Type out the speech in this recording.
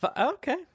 Okay